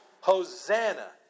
Hosanna